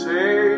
Say